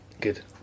Good